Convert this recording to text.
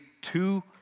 two